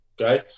okay